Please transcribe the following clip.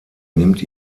nimmt